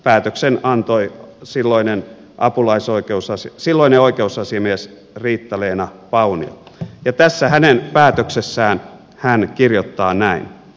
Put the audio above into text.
päätöksen antoi silloinen oikeusasiamies riitta leena paunio ja tässä hänen päätöksessään hän kirjoittaa näin